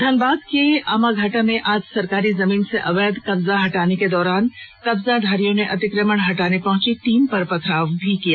धनबाद के आमाघाटा में आज सरकारी जमीन से अवैध कब्जा हटाने के दौरान कब्जाधारियों ने अतिक्रमण हटाने पहुंची टीम पर पथराव भी कर दिया